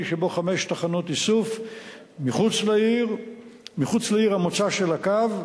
שבו חמש תחנות איסוף מחוץ לעיר המוצא של הקו,